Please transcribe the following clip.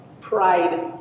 pride